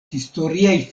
historiaj